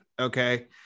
okay